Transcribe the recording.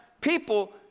people